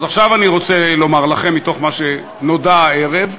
אז עכשיו אני רוצה לומר לכם, מתוך מה שנודע הערב,